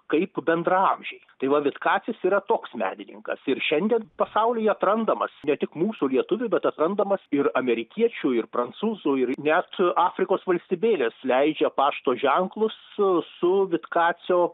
kaip bendraamžiai tai va vitkacas yra toks menininkas ir šiandien pasaulyje atrandamas ne tik mūsų lietuvių bet atrandamas ir amerikiečių ir prancūzų ir net afrikos valstybėlės leidžia pašto ženklus su vitkacio